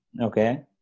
Okay